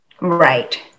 right